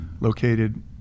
located